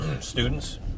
students